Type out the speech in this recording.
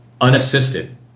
unassisted